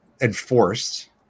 enforced